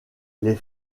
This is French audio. les